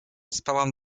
spałam